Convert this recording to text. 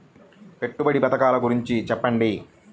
పెట్టుబడి పథకాల గురించి చెప్పండి?